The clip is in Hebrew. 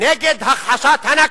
נגד הכחשת ה"נכבה".